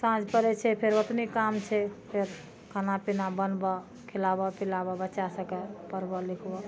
साँझ पड़ै छै फेर ओतनी काम छै फेर खाना पीना बनबऽ खिलाबऽ पिलाबऽ बच्चा सबके पढ़बऽ लिखबऽ